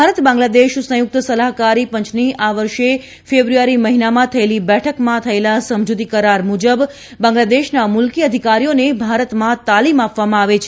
ભારત બાંગ્લાદેશ સંયુકત સલાહકારી પંચની આ વર્ષ ેફેબ્રુઆરી મહિનમાં થયેલી બેઠકમાં થયેલા સમજુતી કરાર મુજબ બાંગ્લાદેશના મુલકી અધિકારીઓને ભારતમાં તાલીમ આપવામાં આવે છે